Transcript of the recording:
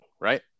right